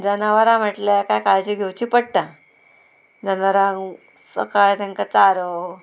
जनावरां म्हटल्यार कांय काळजी घेवची पडटा जनावरांक सकाळीं तेंकां चारो